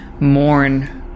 mourn